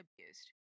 abused